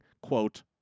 quote